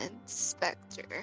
inspector